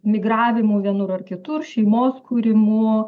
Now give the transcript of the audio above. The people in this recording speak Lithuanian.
migravimu vienur ar kitur šeimos kūrimu